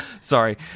Sorry